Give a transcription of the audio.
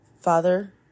Father